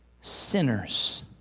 sinners